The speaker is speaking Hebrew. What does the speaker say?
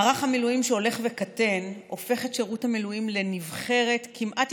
מערך המילואים ההולך וקטן הופך את שירות המילואים לנבחרת כמעט